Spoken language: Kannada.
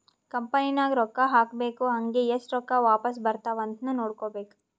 ಕಂಪನಿ ನಾಗ್ ರೊಕ್ಕಾ ಹಾಕ್ಬೇಕ್ ಹಂಗೇ ಎಸ್ಟ್ ರೊಕ್ಕಾ ವಾಪಾಸ್ ಬರ್ತಾವ್ ಅಂತ್ನು ನೋಡ್ಕೋಬೇಕ್